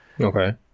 Okay